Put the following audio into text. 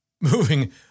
Moving